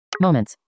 Moments